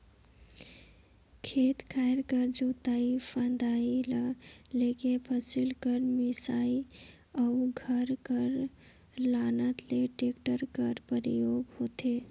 खेत खाएर कर जोतई फदई ल लेके फसिल कर मिसात अउ घर कर लानत ले टेक्टर कर परियोग होथे